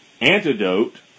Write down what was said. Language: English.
Antidote